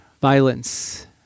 violence